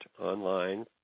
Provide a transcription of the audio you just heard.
online